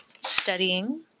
studying